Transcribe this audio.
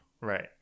Right